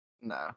No